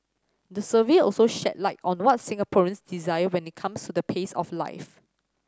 the survey also shed light on the what Singaporeans desire when it comes to the pace of life